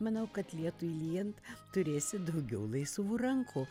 manau kad lietui lyjant turėsit daugiau laisvų rankų